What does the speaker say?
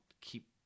keep